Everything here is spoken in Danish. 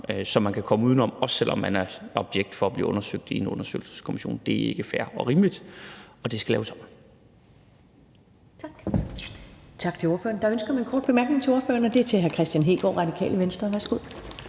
som man kan komme uden om, også selv om man er objekt for at blive undersøgt i en undersøgelseskommission. Det er ikke fair og rimeligt, og det skal laves om. Kl. 10:17 Første næstformand (Karen Ellemann): Tak til ordføreren. Der er ønske om en kort bemærkning til ordføreren, og det er fra hr. Kristian Hegaard, Radikale Venstre. Værsgo.